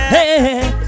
Hey